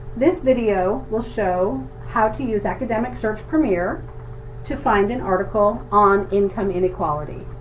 this video will show how to use academic search premier to find an article on income inequality.